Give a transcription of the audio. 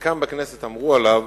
וכאן בכנסת אמרו עליו